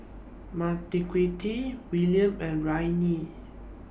Marquita Willam and Raina